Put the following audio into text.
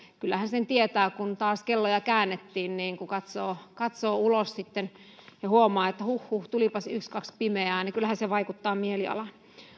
kyllähän sen tietää kun taas kelloja käännettiin kun katsoo ulos ja huomaa että huhhuh tulipas ykskaks pimeää niin kyllähän se vaikuttaa mielialaan